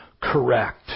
correct